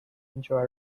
enjoy